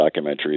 documentaries